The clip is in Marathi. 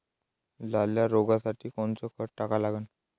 लाल्या रोगासाठी कोनचं खत टाका लागन?